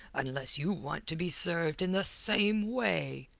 unless you want to be served in the same way.